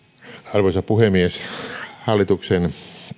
arvoisa puhemies hallituksen